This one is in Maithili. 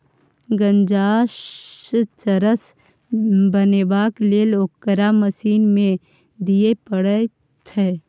गांजासँ चरस बनेबाक लेल ओकरा मशीन मे दिए पड़ैत छै